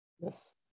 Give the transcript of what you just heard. Yes